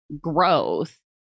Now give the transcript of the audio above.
growth